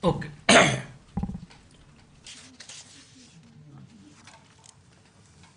לפני ארבע שנים בנושא